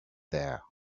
there